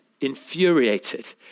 infuriated